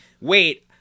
wait